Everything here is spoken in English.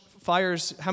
fires